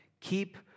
Keep